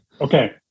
okay